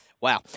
Wow